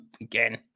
again